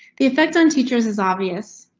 the effect on teachers is obvious.